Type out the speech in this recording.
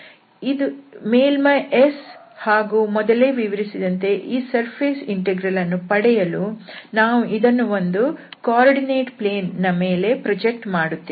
ಇದು ಮೇಲ್ಮೈ S ಹಾಗೂ ಮೊದಲೇ ವಿವರಿಸಿದಂತೆ ಈ ಸರ್ಫೇಸ್ ಇಂಟೆಗ್ರಲ್ ಅನ್ನು ಪಡೆಯಲು ನಾವು ಇದನ್ನು ಒಂದು ನಿರ್ದೇಶಾಂಕ ಸಮತಲ ದ ಮೇಲೆ ಪ್ರೊಜೆಕ್ಟ್ ಮಾಡುತ್ತೇವೆ